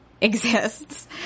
exists